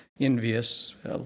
envious